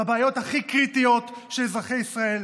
בבעיות הכי קריטיות של אזרחי ישראל.